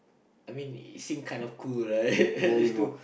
I mean it seem kinda cool right just to